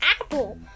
apple